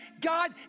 God